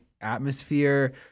atmosphere